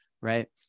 right